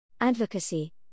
Advocacy